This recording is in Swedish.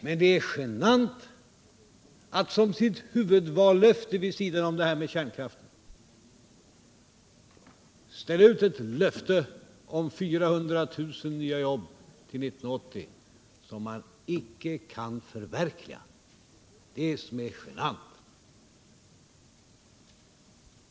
Men det är genant att som sitt huvudvallöfte vid sidan om detta med kärnkraften lova 400 000 nya jobb när man inte kan förverkliga löftet.